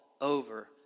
over